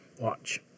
Watch